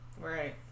Right